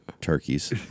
turkeys